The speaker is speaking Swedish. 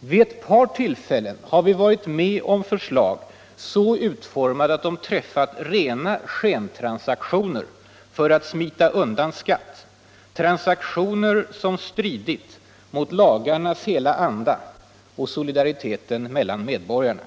Vid ett par tillfällen har vi varit med på förslag, så utformade att de träffat rena skentransaktioner för att smita undan skatt, transaktioner som stridit mot lagarnas hela anda och solidariteten mellan medborgarna.